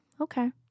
okay